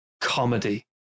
comedy